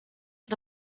dug